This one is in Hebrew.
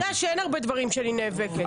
אתה יודע שאין הרבה דברים שאני נאבקת עליהם.